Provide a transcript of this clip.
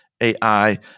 AI